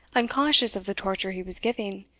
unconscious of the torture he was giving,